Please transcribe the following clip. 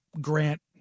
Grant